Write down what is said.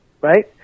right